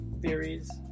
theories